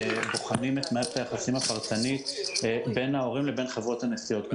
מערכת היחסים הפרטנית בין ההורים לבין חברות הנסיעות.